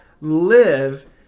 live